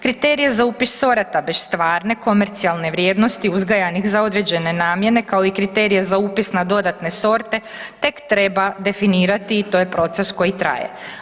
Kriterije za upis sorata bez stvarne, komercijalne vrijednosti uzgajanih za određene namjene kao i kriterije za upis na dodatne sorte tek treba definirati i to je proces koji traje.